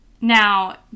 Now